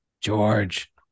George